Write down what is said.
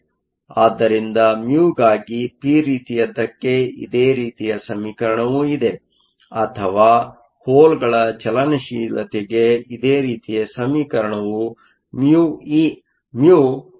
ಆದ್ದರಿಂದ μ ಗಾಗಿ ಪಿ ರೀತಿಯದ್ದಕ್ಕೆ ಇದೇ ರೀತಿಯ ಸಮೀಕರಣವು ಇದೆ ಅಥವಾ ಹೋಲ್ಗಳ ಚಲನಶೀಲತೆಗೆ ಇದೇ ರೀತಿಯ ಸಮೀಕರಣವು μ 54